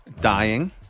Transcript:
Dying